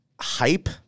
hype